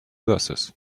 verses